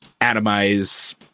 atomize